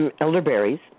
elderberries